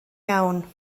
iawn